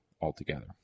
altogether